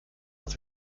als